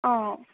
অঁ